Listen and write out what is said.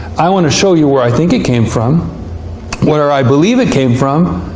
i want to show you where i think it came from where i believe it came from.